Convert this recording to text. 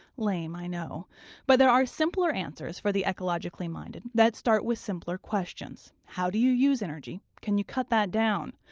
lame, i know but there are simpler answers for the ecologically minded that start with simpler questions how do you use energy? can you cut that down?